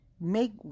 make